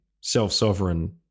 self-sovereign